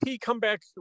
Comeback